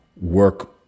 work